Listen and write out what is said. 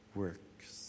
works